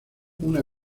una